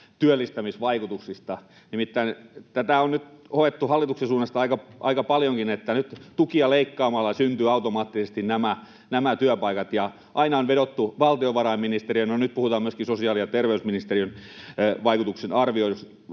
työllistämisvaikutuksista. Nimittäin tätä on nyt hoettu hallituksen suunnasta aika paljonkin, että nyt tukia leikkaamalla nämä työpaikat syntyvät automaattisesti, ja aina on vedottu valtiovarainministeriöön. No, nyt puhutaan myöskin sosiaali- ja terveysministeriön vaikutusten arvioinnista.